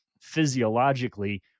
physiologically